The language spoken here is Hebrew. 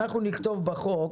אנחנו נכתוב בחוק